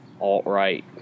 alt-right